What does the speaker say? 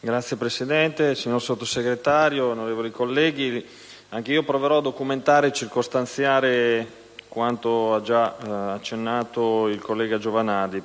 Signora Presidente, signor Sottosegretario, onorevoli colleghi, anch'io proverò a documentare e circostanziare la questione cui ha già accennato il collega Giovanardi.